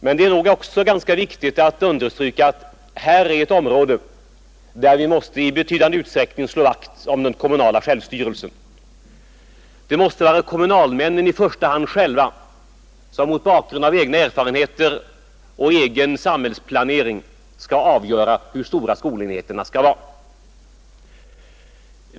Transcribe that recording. Men det är nog också ganska viktigt att understryka att här är ett område där vi i betydande utsträckning måste slå vakt om den kommunala självstyrelsen. Det måste i första hand vara kommunalmännen själva som mot bakgrund av egna erfarenheter och egen samhällsplanering bör avgöra hur stora skolenheterna skall vara.